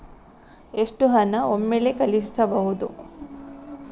ಎಷ್ಟು ಹಣ ಒಮ್ಮೆಲೇ ಕಳುಹಿಸಬಹುದು?